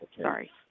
Sorry